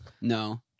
no